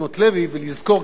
שוודאי רוצים לדבר על כך: